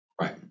Right